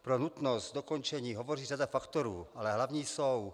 Pro nutnost dokončení hovoří řada faktorů, ale hlavní jsou: